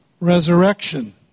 resurrection